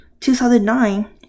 2009